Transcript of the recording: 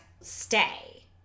stay